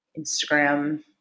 Instagram